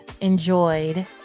enjoyed